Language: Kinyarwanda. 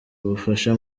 ubufasha